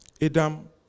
Adam